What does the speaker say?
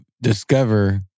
discover